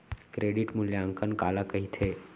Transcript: Credit मूल्यांकन काला कहिथे?